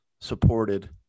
supported